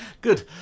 Good